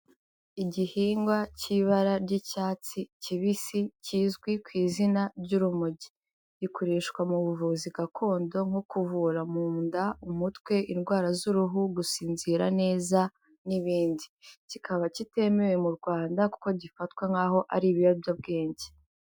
Igihingwa cy'ibara ry'icyatsi kibisi, kizwi ku izina ry'urumogi. Gikoreshwa mu buvuzi gakondo nko kuvura mu nda, umutwe, indwara z'uruhu, gusinzira neza n'ibindi. Kikaba kitemewe mu Rwanda kuko gifatwa nk'aho ari ibiyobyabwenge.